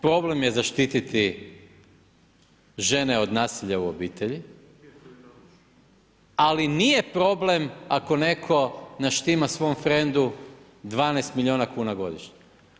Problem je zaštititi žene od nasilja u obitelji, ali nije problem ako netko naštima svom frendu 12 milijuna kuna godišnje.